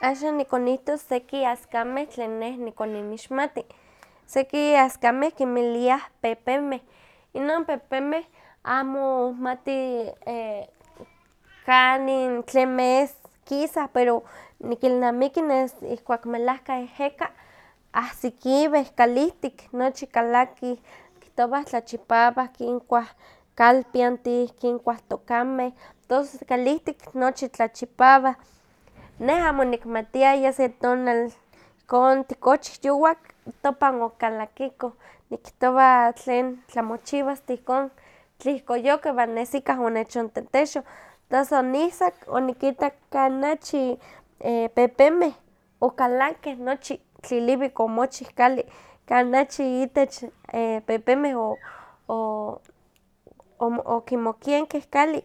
Axan nikonihtos seki askameh tlen neh nikoninmixmati, seki askameh kinmiliah pepemeh, inon pepemeh amo nihmati kanin tlen mes kisah pero nikilnamiki nes ihkuak melahka eheka ahsikiwih, kalihtik nochi kalakih, kihtowah tlachipawah kinkuah kalpiantih, kinkuah tokameh, tos kalihtik nochi tlachipawah, neh amo onikmatiaya se tonal ihkon tikochih yowak, topan okalakikoh, nikihtowa tlen tlamochiwa asta ihkon tlihkoyoka iwan es ikah onechontetexoh, tos onihsak onikitak kanachi pepemeh okalakeh nochi, tliliwik omochih kali, kanachi itech pepemeh o- o- okimokenkeh kalli.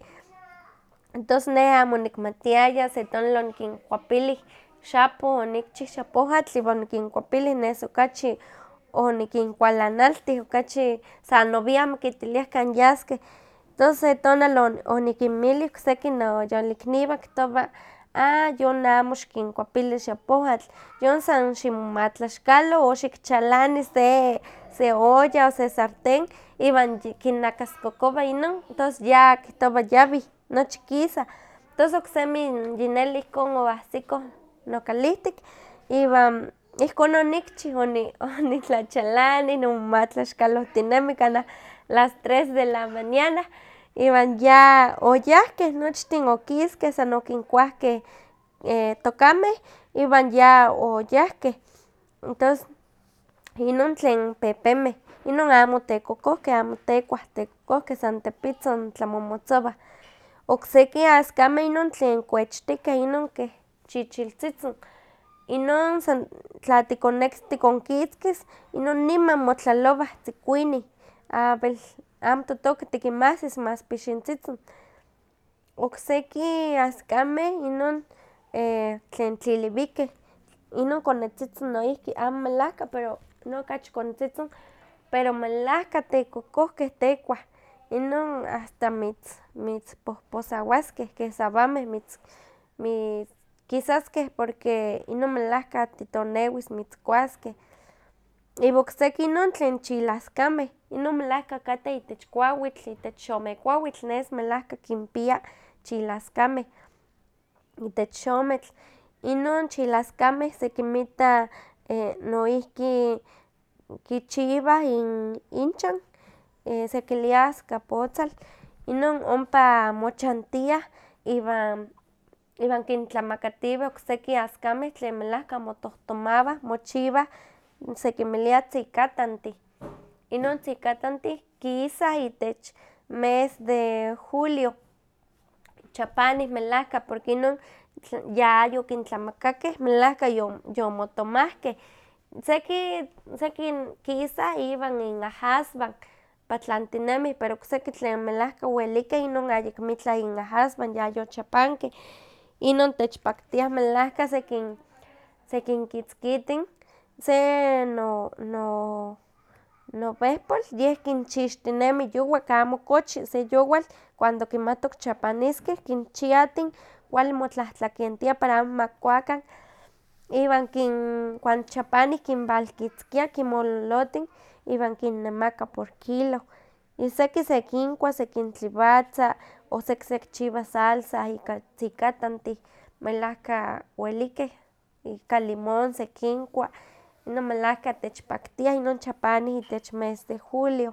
Tos neh amo onikmatiaya, se tonalli onikikuapilih xapoh, onikchih xapohatl, onikinkuapilih, nes okachi onikinkualanaltih, okachi sa nowian amo kitiliah kan yaskeh. Tos se tonal onikinmilih okseki no- noyolikniwah, kihtowa ah yon amo xikinkuapili xapohatl, yon san ximomatlaxkalo o xikchalani se se olla o se sarten iwan kinnakaskokowa inon tos ya kihtwa yawih, nochi kisa. Tos oksemi yineli ihkon oahsikoh nokalihtik iwan ihkon onikchih, o- onitlachalanih, nimomatlaxkalohtinemi kanah a las tres de la mañana, iwan ya oyahkeh nochtin okiskeh san okinkuahkeh e- tokameh iwan ya oyahkeh, entos inon tlen pepemeh, inon amo tekokohkeh, amo tekuah, tekokohkeh san tepitzin tlamomotzowah. Okseki askameh inon tlen kuechtikeh keh chichiltzitzin, inon sa tla tikonnekis tikonkitzkis inon niman motlalowah tzikuinih, amo wel amo totoka tikinahsis mas pixintzitzin. Okseki askameh inon tlen tliliwikeh, inon konetzitzin noihki, amo melahka pero inon okachi konetzitzin pero melahka tekokohkeh tekuah, inon asta mitz- mitz pohposawaskeh, keh sawameh mitz- mitz kisaskeh, porque inon melahka titonewis mitzkuaskeh. Iwa okseki inon tlen chilaskameh, inon melahka kateh itech kuawitl, itech xomekuawitl nes melahka kinpia chilaskameh, itech xometl. Inon chilaskameh sekinmita noihki kichiwah inchan, sekilia askapotzal, inon ompa mochantiah, iwan iwan kintlamakatiweh okseki askameh tlen melahka motohtomawah, mochiwah sekinmila tzikatantih, inon tzikatantih kisa itech mes de julio, chapanih melahka porque inon yayokintlamakakeh melahka yoyo- motomahkeh, seki seki n kisa iwan inahaswan, pero okseki tlen melahka welikeh inon ayekmitlah inahaswan, yayochapankeh, inon tevchpaktiah melahka sekin- sekinkitzkitin, se no- no- nowehpol yeh kinchixtinemi yowak amo kochi se yowal, cuando kimatok chapaniskeh, kinchiatin kuali motlahtlakentia para amo ma kikuakan, iwan kin cuando chapani kinwalkitzkia kinmololotin, iwan kinnemaka por kio, y seki sekinkua sekintliwatza, o seki sekichiwa salsa ika tzikatantih, melahka welikeh ika limon sekinkua, inon melahka techpaktia, inon chapanih itech mes de julio.